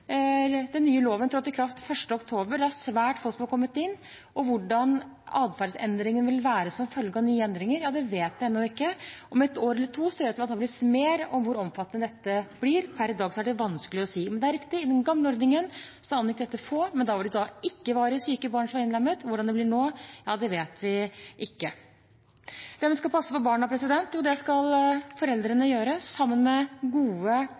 Den nye loven trådte i kraft den 1. oktober. Det er svært få som har kommet inn: Hvordan adferdsendringen vil være som følge av nye endringer, det vet vi ennå ikke. Om et år eller to vet vi antageligvis mer om hvor omfattende dette blir. Per i dag er det vanskelig å si. Men det er riktig at i den gamle ordningen angikk dette få. Men da var det ikke bare syke barn som var innlemmet. Hvordan det blir nå, vet vi ikke. Hvem skal passe på barna? Jo, det skal foreldrene gjøre, sammen med gode,